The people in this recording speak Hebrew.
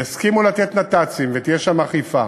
יסכימו לתת נת"צים ותהיה שם אכיפה,